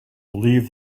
believe